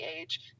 age